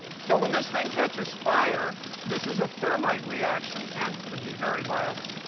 so when this thing catches fire, this is a thermite reaction and could be very violent.